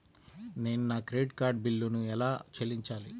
నేను నా credit card బిల్లును ఎలా చెల్లించాలీ?